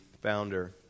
founder